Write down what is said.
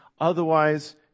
otherwise